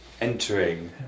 entering